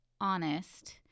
honest